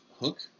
Hook